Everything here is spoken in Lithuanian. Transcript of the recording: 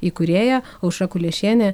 įkūrėja aušra kuliešienė